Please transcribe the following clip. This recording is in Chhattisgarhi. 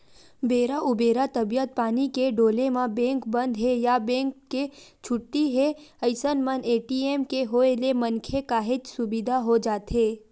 बेरा उबेरा तबीयत पानी के डोले म बेंक बंद हे या बेंक के छुट्टी हे अइसन मन ए.टी.एम के होय ले मनखे काहेच सुबिधा हो जाथे